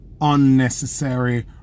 unnecessary